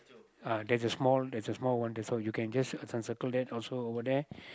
uh there's a small there's a small one thing you can just circle that also over there